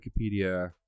Wikipedia